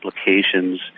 applications